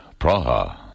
Praha